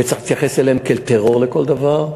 וצריך להתייחס אליהם כאל טרור לכל דבר,